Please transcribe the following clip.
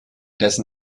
dessen